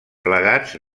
plegats